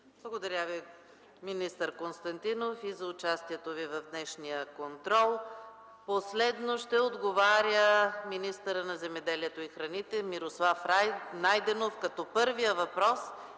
Благодаря Ви, министър Константинов, и за участието Ви в днешния контрол. Последно днес ще отговаря министърът на земеделието и храните Мирослав Найденов. Първият въпрос